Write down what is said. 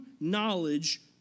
knowledge